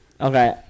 Okay